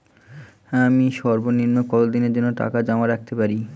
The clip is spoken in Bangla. আমি সর্বনিম্ন কতদিনের জন্য টাকা জমা রাখতে পারি?